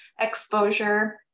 exposure